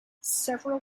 several